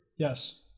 Yes